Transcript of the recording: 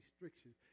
restrictions